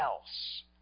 else